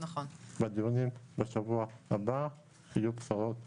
בדיונים בשבוע הבא יהיו בשורות טובות,